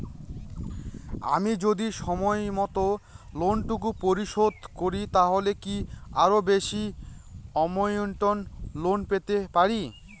আমি যদি সময় মত লোন টুকু পরিশোধ করি তাহলে কি আরো বেশি আমৌন্ট লোন পেতে পাড়ি?